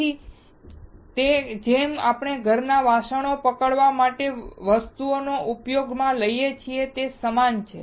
તેથી તે જેમ આપણે ઘરમાં વાસણો પકડવા માટેની વસ્તુ ઉપયોગમાં લઈએ છીએ તે સમાન છે